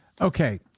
Okay